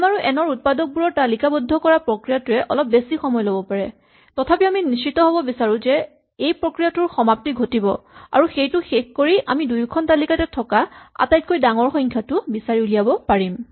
M আৰু N ৰ উৎপাদকবোৰক তালিকাবদ্ধ কৰা প্ৰক্ৰিয়াটোৱে অলপ বেছি সময় ল'ব পাৰে তথাপি আমি নিশ্চিত হ'ব বিচাৰো যে এই প্ৰক্ৰিয়াটোৰ সমাপ্তি ঘটিব আৰু সেইটো শেষ কৰি আমি দুয়োখন তালিকাতে থকা আটাইতকৈ ডাঙৰ সংখ্যাটো বিচাৰি উলিয়াব পাৰিম